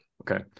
Okay